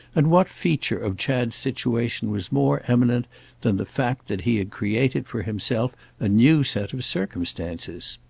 and what feature of chad's situation was more eminent than the fact that he had created for himself a new set of circumstances?